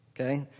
Okay